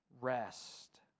rest